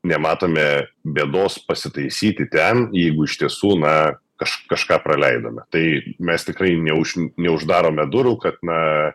nematome bėdos pasitaisyti ten jeigu iš tiesų na kaž kažką praleidome tai mes tikrai neuž neuždarome durų kad na